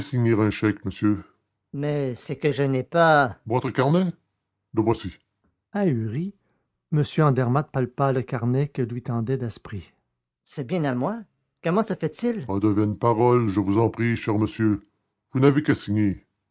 monsieur mais c'est que je n'ai pas votre carnet le voici ahuri m andermatt palpa le carnet que lui tendait daspry c'est bien à moi comment se fait-il pas de vaines paroles je vous en prie cher monsieur vous n'avez qu'à signer